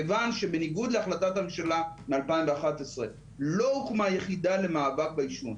כיוון שבניגוד להחלטת הממשלה מ-2011 לא הוקמה יחידה למאבק בעישון.